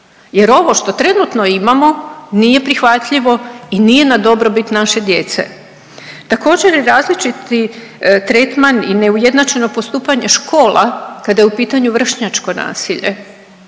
jer ovo što trenutno imamo nije prihvatljivo i nije na dobrobit naše djece. Također je različiti tretman i neujednačeno postupanje škola kada je u pitanju vršnjačko nasilje